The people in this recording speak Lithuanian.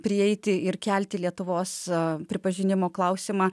prieiti ir kelti lietuvos pripažinimo klausimą